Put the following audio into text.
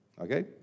Okay